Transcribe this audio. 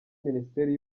minisiteri